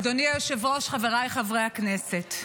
אדוני היושב-ראש, חבריי חברי הכנסת,